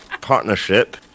partnership